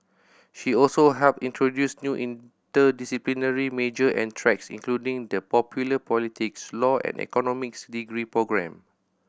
she also helped introduce new interdisciplinary major and tracks including the popular politics law and economics degree programme